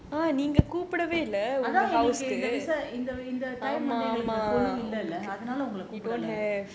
அதான் இந்த வருஷம் எங்களுக்கு கொலு இல்லைல அதுனால் உங்கள கூப்பிடல:athan intha varusham engalukku kolu illaila athaan ungala kupidala